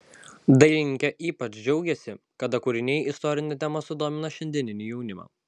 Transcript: dailininkė ypač džiaugiasi kada kūriniai istorine tema sudomina šiandieninį jaunimą